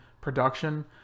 production